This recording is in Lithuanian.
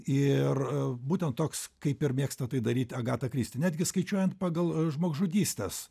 ir būtent toks kaip ir mėgsta tai daryti agatą kristi netgi skaičiuojant pagal žmogžudystes